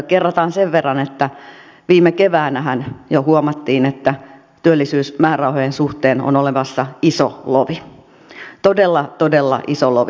kerrataan sen verran että viime keväänähän jo huomattiin että työllisyysmäärärahojen suhteen on olemassa iso lovi todella todella iso lovi